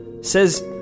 says